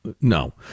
No